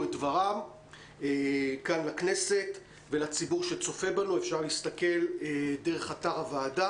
את דברם כאן לכנסת ולציבור שצופה בנו אפשר להסתכל באתר הוועדה